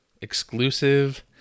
exclusive